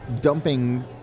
dumping